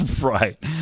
Right